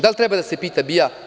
Da li treba da se pita BIA?